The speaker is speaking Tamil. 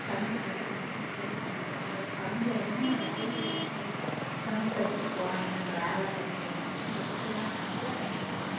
தமிழுக்கு என்னென்ன சிறப்பு அம்சங்கள் இருக்கு தமிழில் என்னென்ன வேல்யூ இருக்குது தமிழ் படித்துட்டு போனால் என்னென்ன வேலை கிடைக்கும் இதில் பற்றிலாம் நல்லா படிக்கலாம்